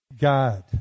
God